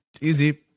Easy